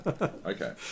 okay